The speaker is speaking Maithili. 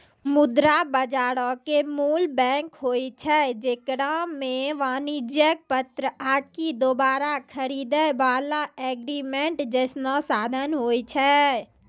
मुद्रा बजारो के मूल बैंक होय छै जेकरा मे वाणिज्यक पत्र आकि दोबारा खरीदै बाला एग्रीमेंट जैसनो साधन होय छै